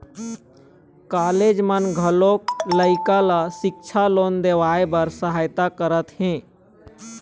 college मन घलोक लइका ल सिक्छा लोन देवाए बर सहायता करत हे